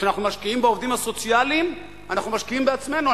כשאנחנו משקיעים בעובדים הסוציאליים אנחנו משקיעים בעצמנו,